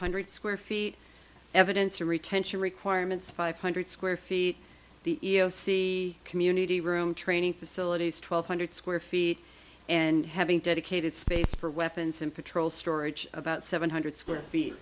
hundred square feet evidence or retention requirements five hundred square feet the iau see community room training facilities twelve hundred square feet and having dedicated space for weapons and patrol storage about seven hundred square feet